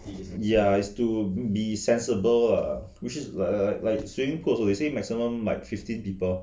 ya is to be sensible ah which is like like like like swimming pool also is the same as sometimes like fifteen people